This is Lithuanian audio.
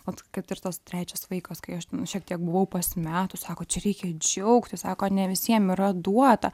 o tai kad ir tas trečias vaikas kai aš šiek tiek buvau pasimetus sako čia reikia džiaugtis sako ne visiem yra duota